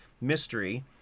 mystery